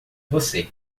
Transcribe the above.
você